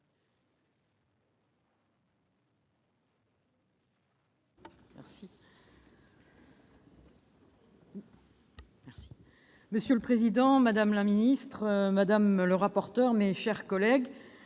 Harribey. Monsieur le président, madame la ministre, madame la rapporteure, mes chers collègues,